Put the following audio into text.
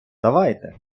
давайте